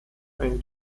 ein